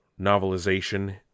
novelization